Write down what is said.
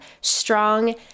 strong